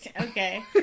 Okay